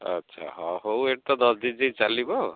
ଆଚ୍ଛା ହଁ ହଉ ଏଠ ତ ଦଶ ଦିନ ଧରି ଚାଲିବ